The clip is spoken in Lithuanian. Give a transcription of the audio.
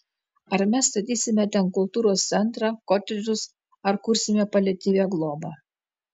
ar mes statysime ten kultūros centrą kotedžus ar kursime paliatyvią globą